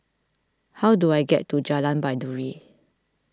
how do I get to Jalan Baiduri